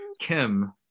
Kim